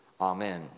Amen